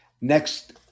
next